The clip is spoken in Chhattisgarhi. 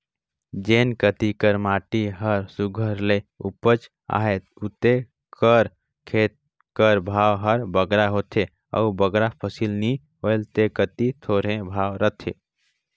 जेन कती कर माटी हर सुग्घर ले उपजउ अहे उते कर खेत कर भाव हर बगरा होथे अउ बगरा फसिल नी होए ते कती थोरहें भाव रहथे